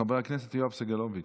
חבר הכנסת יואב סגלוביץ'.